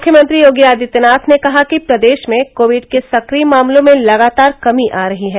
मुख्यमंत्री योगी आदित्यनाथ ने कहा कि प्रदेश में कोविड के सकिय मामलों में लगातार कमी आ रही है